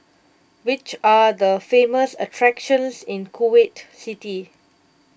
which are the famous attractions in Kuwait City